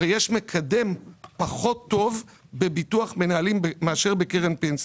הרי יש מקדם פחות טוב בביטוח מנהלים מאשר בקרן פנסיה.